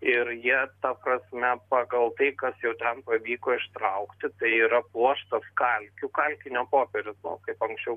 ir jie ta prasme pagal tai kas jau ten pavyko ištraukti tai yra pluoštas kalkių kalkinio popierius nu kaip anksčiau